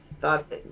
thought